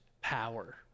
power